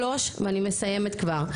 שלוש ואני מסיימת כבר,